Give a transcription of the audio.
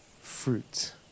fruit